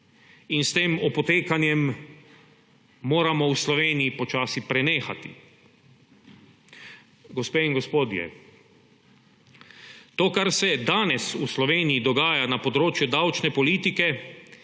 in s tem opotekanjem moramo v Sloveniji počasi prenehati. Gospe in gospodje, to, kar se danes v Sloveniji dogaja na področju davčne politike,